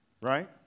right